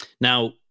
Now